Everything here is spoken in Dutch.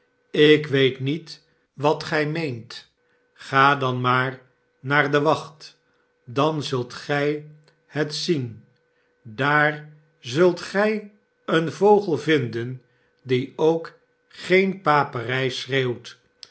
ik weet niet wat gij meent ga dan maar naar de wacht dan zult gij het zien daar zult gij een vogel vinden die cok sgeen paperij schreeuwt